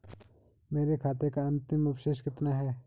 मेरे खाते का अंतिम अवशेष कितना है?